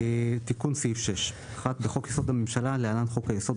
"תיקון סעיף 61. בחוק-יסוד: הממשלה (להלן חוד היסוד),